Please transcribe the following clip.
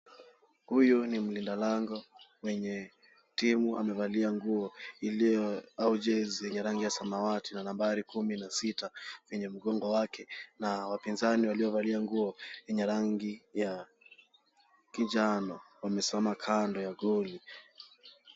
Huyu ni mlinda lango, wenye timu wamevalia nguo iliyo au jezi yenye rangi ya samawati na nambari kumi na sita kwenye mgongo wake na wapinzani waliovalia nguo ina rangi ya kinjano wamesimama kando ya goli.